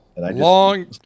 Long